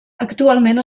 actualment